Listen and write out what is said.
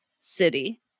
City